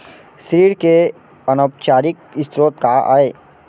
ऋण के अनौपचारिक स्रोत का आय?